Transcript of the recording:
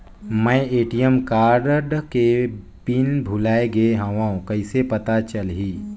मैं ATM card के pin भुलाए गे हववं कइसे पता चलही?